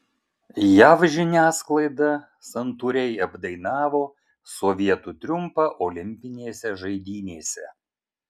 jav žiniasklaida santūriai apdainavo sovietų triumfą olimpinėse žaidynėse